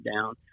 down